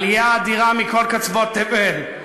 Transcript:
עלייה אדירה מכל קצוות תבל,